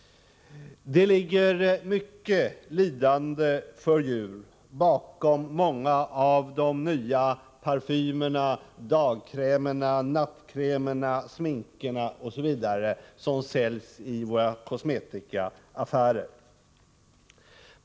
Det ligger mycket lidande för djur bakom många av de nya parfymerna, dagkrämerna, nattkrämerna, sminkerna osv. som säljs i våra kosmetikaaffä rer.